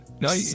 no